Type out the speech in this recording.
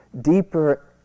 deeper